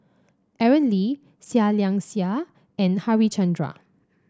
Aaron Lee Seah Liang Seah and Harichandra